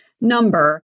number